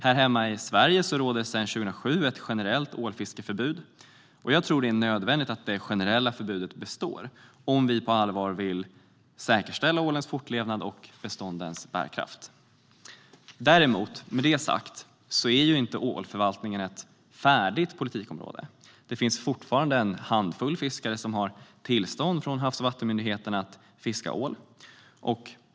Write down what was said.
Här hemma i Sverige råder sedan 2007 ett generellt ålfiskeförbud. Jag tror att det är nödvändigt att det generella förbudet består om vi på allvar vill säkerställa ålens fortlevnad och beståndens bärkraft. Däremot, med det sagt, är inte ålförvaltningen ett färdigt politikområde. Det finns fortfarande en handfull fiskare som har tillstånd från Havs och vattenmyndigheten att fiska ål.